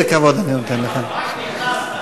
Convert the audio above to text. אתה רוצה בהמשך?